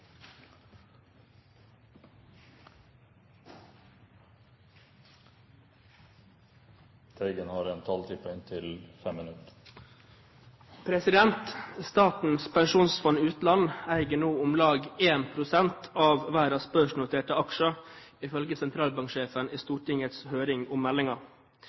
pensjonsfond utland eier nå om lag én prosent av verdens børsnoterte aksjer», ifølge sentralbanksjefen i Stortingets høring om